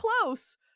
close